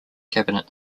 cabinet